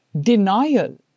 denial